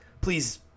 please